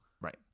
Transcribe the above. Right